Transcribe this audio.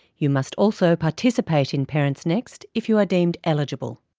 you must also participate in parentsnext if you are deemed eligible.